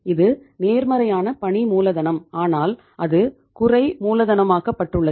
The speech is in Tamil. இது நேர்மறையான பணி மூலதனம் ஆனால் அது குறை மூலதனமாக்கப்பட்டுள்ளது